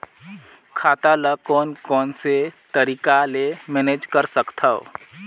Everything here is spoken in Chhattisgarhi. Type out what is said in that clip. खाता ल कौन कौन से तरीका ले मैनेज कर सकथव?